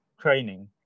training